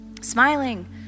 smiling